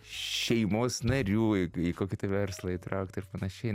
šeimos narių į kokį tai verslą įtraukt ir panašiai